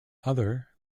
other